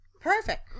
Perfect